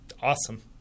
Awesome